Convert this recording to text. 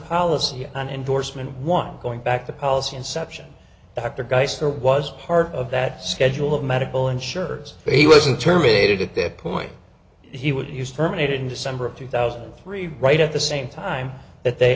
policy and endorsement one going back to policy inception dr geiser was part of that schedule of medical insurance but he wasn't terminated at that point he would use terminated in december of two thousand and three right at the same time that they